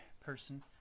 person